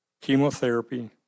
chemotherapy